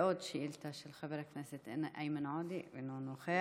ועוד שאילתה של חבר הכנסת איימן עודה, אינו נוכח.